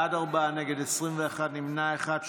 בעד, ארבעה, נגד, 21, נמנע אחד.